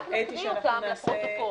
רק נקריא אותם לפרוטוקול.